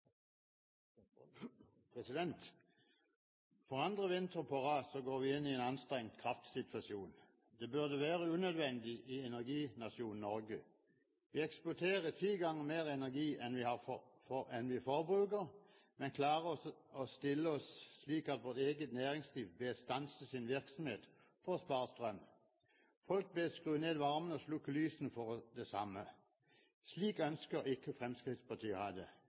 framover. For andre vinter på rad går vi inn i en anstrengt kraftsituasjon. Det burde være unødvendig i energinasjonen Norge. Vi eksporterer ti ganger mer energi enn vi forbruker, men klarer å stille oss slik at vårt eget næringsliv bes stanse sin virksomhet for å spare strøm. Folk bes skru ned varmen og slukke lysene for det samme. Slik ønsker ikke Fremskrittspartiet å ha det.